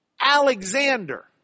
Alexander